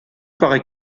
parait